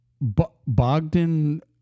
Bogdan